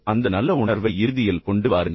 அந்த நல்ல உணர்வை இறுதியில் கொண்டு வாருங்கள்